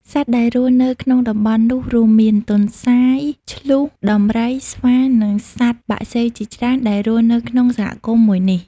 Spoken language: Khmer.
សត្វដែលរស់នៅក្នុងតំបន់នោះរួមមាន៖ ទន្សាយ ឈ្លូស ដំរី ស្វានិងសត្វបក្សីជាច្រើនដែលរស់នៅក្នុងសហគមន៍មួយនេះ។